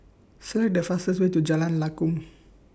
Select The fastest Way to Jalan Lakum